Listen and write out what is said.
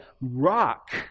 rock